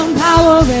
power